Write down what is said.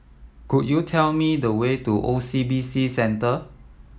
could you tell me the way to O C B C Centre